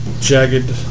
Jagged